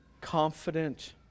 confident